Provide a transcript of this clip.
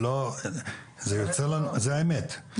זו האמת,